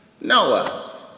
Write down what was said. Noah